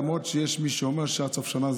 למרות שיש מי שאומר שעד סוף השנה זה